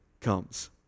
comes